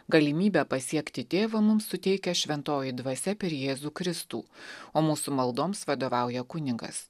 galimybę pasiekti tėvą mums suteikia šventoji dvasia per jėzų kristų o mūsų maldoms vadovauja kunigas